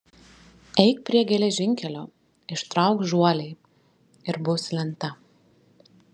eik prie geležinkelio ištrauk žuolį ir bus lenta